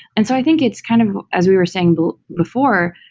and so i think it's kind of, as we were saying but before,